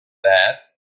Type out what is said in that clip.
that